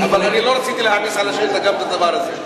אבל אני לא רציתי להעמיס על השאילתא גם את הדבר הזה.